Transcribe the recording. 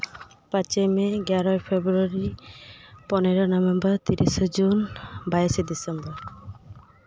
ᱯᱟᱸᱪᱮᱭ ᱢᱮ ᱮᱜᱟᱨᱳᱭ ᱯᱷᱮᱵᱽᱨᱩᱣᱟᱨᱤ ᱯᱚᱱᱮᱨᱚ ᱱᱚᱵᱷᱮᱢᱵᱚᱨ ᱛᱤᱨᱤᱥᱟ ᱡᱩᱱ ᱵᱟᱭᱤᱥᱟ ᱰᱤᱥᱮᱢᱵᱚᱨ